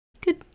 good